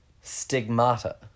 Stigmata